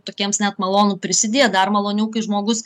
tokiems net malonu prisidėt dar maloniau kai žmogus